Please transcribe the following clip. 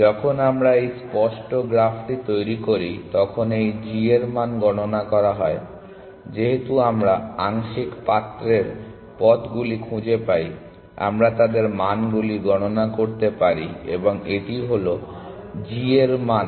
যখন আমরা এই স্পষ্ট গ্রাফটি তৈরি করি তখন এই g এর মান গণনা করা হয় যেহেতু আমরা আংশিক পাত্রের পথ গুলি খুঁজে পাই আমরা তাদের মানগুলি গণনা করতে পারি এবং এটি হল g এর মান